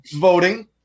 voting –